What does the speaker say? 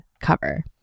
cover